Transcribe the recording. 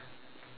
but